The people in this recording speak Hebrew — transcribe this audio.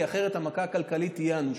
כי אחרת המכה הכלכלית תהיה אנושה.